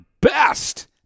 best